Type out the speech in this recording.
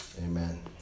Amen